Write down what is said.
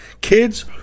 kids